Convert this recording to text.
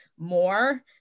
more